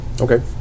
Okay